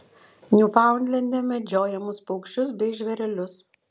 niufaundlende medžiojamus paukščius bei žvėrelius